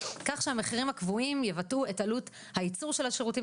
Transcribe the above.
כך שהמחירים הקבועים יבטאו את עלות הייצור של השירותים